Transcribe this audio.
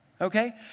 Okay